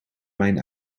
mijn